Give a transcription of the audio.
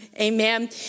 Amen